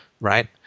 Right